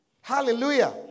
Hallelujah